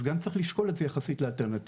אז גם צריך לשקול את זה יחסית לאלטרנטיבה.